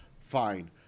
fine